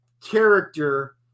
character